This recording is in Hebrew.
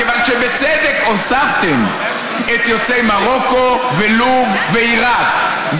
מכיוון שבצדק הוספתם את יוצאי מרוקו ולוב ועיראק.